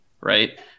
right